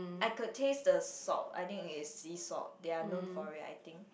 I could taste the salt I think it's sea salt they are known for it I think